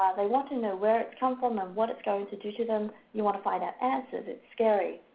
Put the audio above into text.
they want to know where it's come from and what it's going to do to them. you want to find out answers. it's scary.